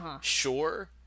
sure